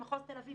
במחוז תל אביב,